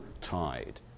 tide